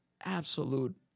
absolute